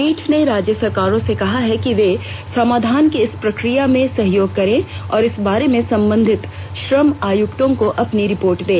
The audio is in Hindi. पीठ ने राज्य सरकारों से कहा है कि वे समाधान की इस प्रक्रिया में सहयोग करें और इस बारे में संबंधित श्रम आयुक्तों को अपनी रिपोर्ट दें